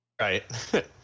Right